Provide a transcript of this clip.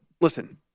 listen